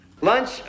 Lunch